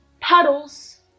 puddles